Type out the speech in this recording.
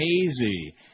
hazy